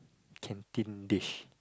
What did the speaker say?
canteen dish